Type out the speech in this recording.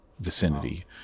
vicinity